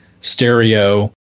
stereo